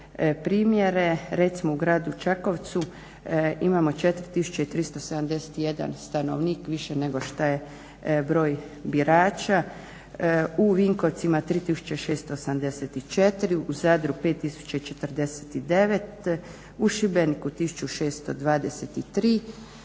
primjere. Recimo u gradu Čakovcu imamo 4371 stanovnika, više nego što je broj birača. U Vinkovcima 3684, u Zadru 5049, u Šibeniku 1623,